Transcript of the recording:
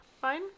fine